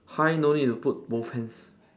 hi no need to put both hands